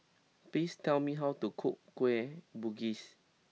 please tell me how to cook Kueh Bugis